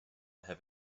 have